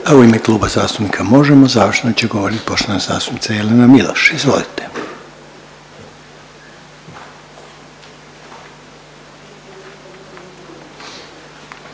U ime Kluba zastupnika Možemo završno će govoriti poštovana zastupnica Jelena Miloš. Izvolite.